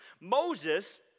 Moses